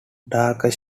darker